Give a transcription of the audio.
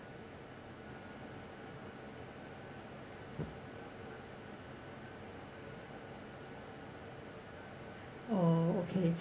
oh okay